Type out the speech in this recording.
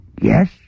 Yes